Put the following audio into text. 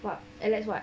what alex what